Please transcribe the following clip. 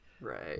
right